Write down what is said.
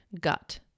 gut